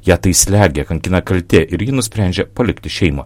ją tai slegia kankina kaltė ir ji nusprendžia palikti šeimą